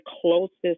closest